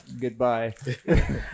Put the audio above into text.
goodbye